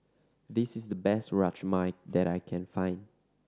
this is the best Rajma that I can find